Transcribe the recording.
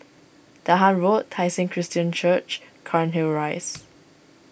Dahan Road Tai Seng Christian Church Cairnhill Rise